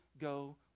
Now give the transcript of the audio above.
go